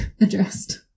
addressed